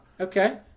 Okay